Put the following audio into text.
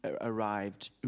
arrived